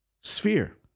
sphere